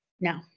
No